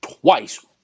twice